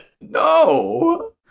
No